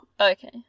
Okay